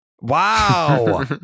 wow